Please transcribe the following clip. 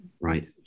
right